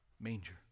manger